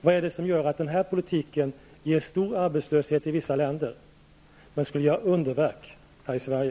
Vad är det som gör att en sådan politik ger stor arbetslöshet i vissa länder men skulle göra underverk i Sverige?